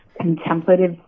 Contemplative